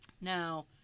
Now